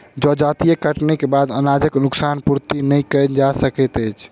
जजाति कटनीक बाद अनाजक नोकसान पूर्ति नै कयल जा सकैत अछि